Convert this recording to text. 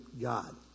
God